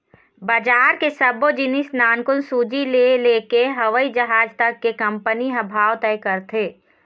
बजार के सब्बो जिनिस नानकुन सूजी ले लेके हवई जहाज तक के कंपनी ह भाव तय करथे